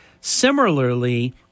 Similarly